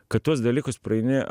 kad tuos dalykus praeini